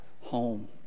home